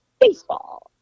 baseball